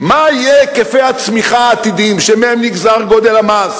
מה יהיו היקפי הצמיחה העתידיים שמהם נגזר גודל המס